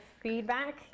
feedback